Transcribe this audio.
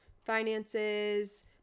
finances